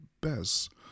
best